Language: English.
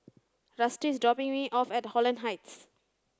Rusty is dropping me off at Holland Heights